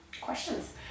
questions